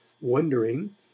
wondering